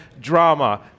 drama